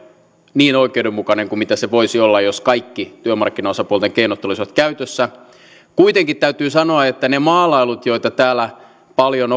niin oikeudenmukainen kuin se voisi olla jos kaikki työmarkkinaosapuolten keinot olisivat käytössä kuitenkin täytyy sanoa että ne maalailut joita täällä paljon